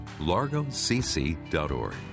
largocc.org